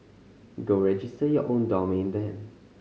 go register your own domain then